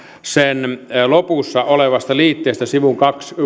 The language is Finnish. sen lopussa olevasta liitteestä esille sivun